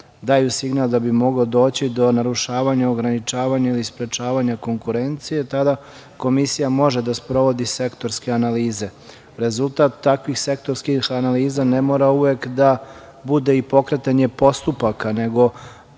daju signal da bi moglo doći do narušavanja, ograničavanja ili sprečavanje konkurencije, tada Komisija može da sprovodi sektorske analize. Rezultat takvih sektorskih analiza ne mora uvek da bude i pokretanje postupaka, nego